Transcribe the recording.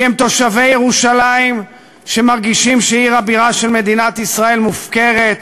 כי הם תושבי ירושלים שמרגישים שעיר הבירה של מדינת ישראל מופקרת,